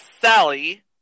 Sally